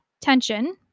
tension